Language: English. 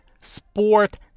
Sport